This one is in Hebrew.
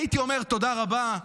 הייתי אומר תודה רבה,